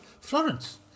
Florence